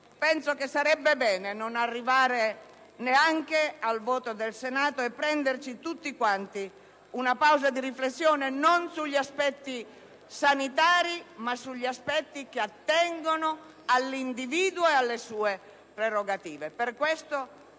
Penso che sarebbe bene non arrivare neanche alla votazione al Senato e prenderci tutti una pausa di riflessione non sugli aspetti sanitari, ma su quelli che attengono all'individuo e alle sue prerogative. Per questo,